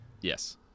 Yes